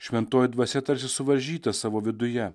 šventoji dvasia tarsi suvaržyta savo viduje